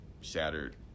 shattered